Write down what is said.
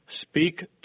Speak